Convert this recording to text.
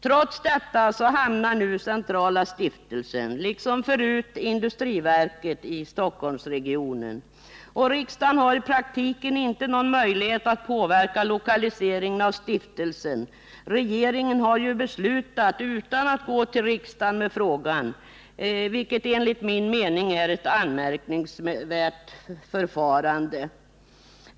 Trots detta hamnar nu centrala stiftelsen, liksom industriverket tidigare gjorde, i Stockholmsregionen. Riksdagen har i praktiken inte någon möjlighet att påverka lokaliseringen av stiftelsen. Regeringen har ju beslutat utan att gå till riksdagen med frågan, vilket enligt min mening är ett anmärkningsvärt förfarande.